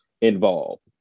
involved